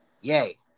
Yay